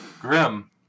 Grim